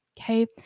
Okay